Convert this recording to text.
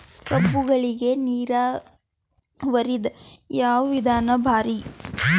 ಕಬ್ಬುಗಳಿಗಿ ನೀರಾವರಿದ ಯಾವ ವಿಧಾನ ಭಾರಿ?